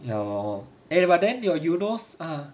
ya lor ya but then your eunos ah